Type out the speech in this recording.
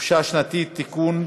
חופשה שנתית (תיקון,